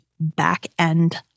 back-end